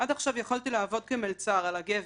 עד עכשיו יכולתי לעבוד כמלצר, על הגבר,